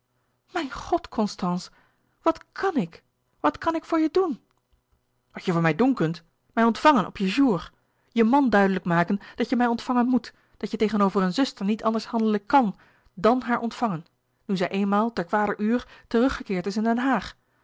mijn god constance wat kàn ik wat kan ik voor je doen wat je voor mij doen kunt mij ontvangen op je jours je man duidelijk maken dat je mij ontvangen moet dat je tegenover een zuster niet anders handelen kan dàn haar ontvangen nu zij eenmaal ter kwader uur teruggekeerd is in den haag